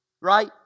Right